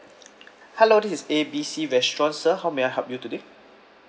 hello this is A B C restaurants sir how may I help you today